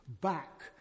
back